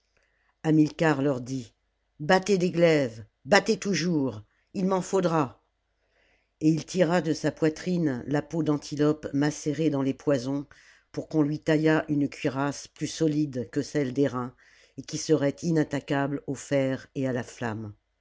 hamilcar leur dit battez des glaives battez toujours il m'en faudra et il tira de sa poitrine la peau d'antilope macérée dans les poisons pour qu'on lui taillât une cuirasse plus solide que celles d'airain et qui serait inattaquable au fer et à la flamme